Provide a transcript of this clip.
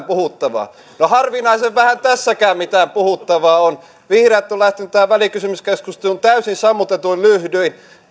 puhuttavaa no harvinaisen vähän tässäkään mitään puhuttavaa on vihreät on lähtenyt tähän välikysymyskeskusteluun täysin sammutetuin lyhdyin